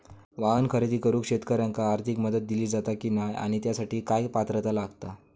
वाहन खरेदी करूक शेतकऱ्यांका आर्थिक मदत दिली जाता की नाय आणि त्यासाठी काय पात्रता लागता?